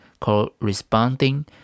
corresponding